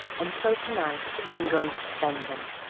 and so to-night i am going to spend them,